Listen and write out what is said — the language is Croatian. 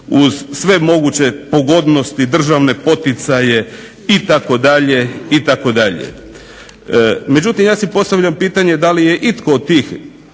uz sve moguće pogodnosti državne poticaje itd., itd. Međutim, ja si postavljam pitanje da li je itko od tih